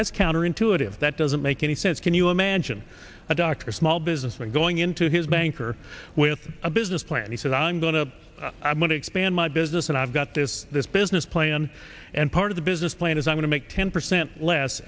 that's counterintuitive that doesn't make any sense can you imagine a doctor a small businessman going into his banker with a business plan he says i'm going to i'm going to expand my business and i've got this this business plan and part of the business plan is going to make ten percent less